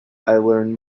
learn